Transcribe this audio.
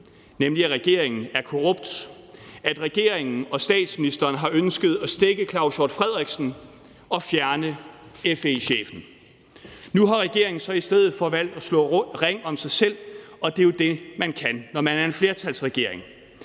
nemlig at regeringen er korrupt, og at regeringen og statsministeren har ønsket at stække Claus Hjort Frederiksen og fjerne FE-chefen. Nu har regeringen så i stedet for valgt at slå ring om sig selv, og det er jo det, man kan, når man er en flertalsregering.